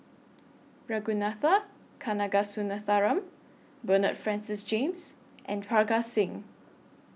Ragunathar Kanagasuntheram Bernard Francis James and Parga Singh